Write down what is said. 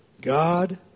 God